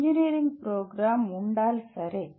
engineering program ఉండాలి సరే